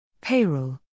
Payroll